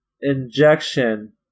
injection